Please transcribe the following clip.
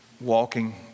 walking